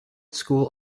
school